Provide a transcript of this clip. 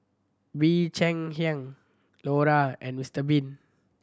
Bee Cheng Hiang Lora and Mister Bean